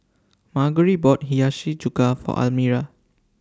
Margery bought Hiyashi Chuka For Almyra